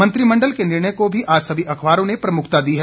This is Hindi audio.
मंत्रिमंडल के निर्णय को भी अखबारों ने प्रमुखता दी है